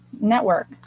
network